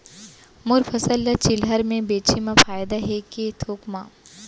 मोर फसल ल चिल्हर में बेचे म फायदा है के थोक म?